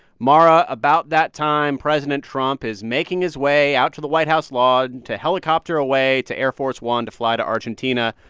mara, about that time, president trump is making his way out to the white house lawn to helicopter away to air force one to fly to argentina.